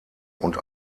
und